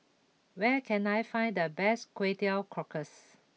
where can I find the best Kway Teow Cockles